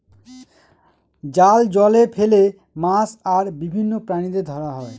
জাল জলে ফেলে মাছ আর বিভিন্ন প্রাণীদের ধরা হয়